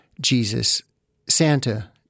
Jesus-Santa